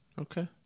Okay